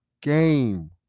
game